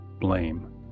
blame